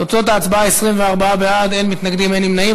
תוצאות ההצבעה: 24 בעד, אין מתנגדים, אין נמנעים.